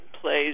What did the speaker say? plays